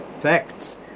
Facts